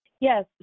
Yes